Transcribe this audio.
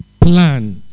plan